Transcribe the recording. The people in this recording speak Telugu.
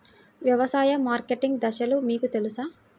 వ్యవసాయ మార్కెటింగ్ దశలు మీకు తెలుసా?